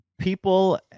people